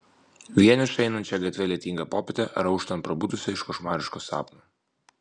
vienišą einančią gatve lietingą popietę ar auštant prabudusią iš košmariško sapno